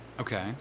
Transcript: Okay